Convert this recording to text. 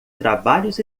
trabalhos